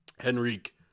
Henrique